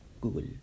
google